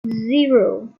zero